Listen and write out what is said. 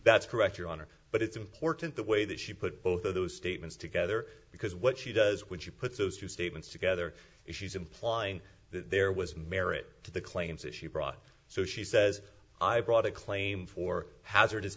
that's correct your honor but it's important the way that she put both of those statements together because what she does would you put those two statements together if she's implying that there was merit to the claims that she brought so she says i brought a claim for hazardous